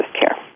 care